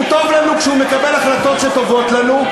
הוא טוב לנו כשהוא מקבל החלטות שטובות לנו,